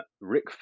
Rick